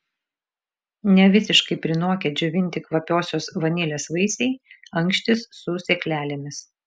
nevisiškai prinokę džiovinti kvapiosios vanilės vaisiai ankštys su sėklelėmis